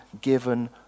given